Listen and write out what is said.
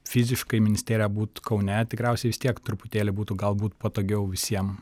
fiziškai ministerija būtų kaune tikriausiai vis tiek truputėlį būtų galbūt patogiau visiem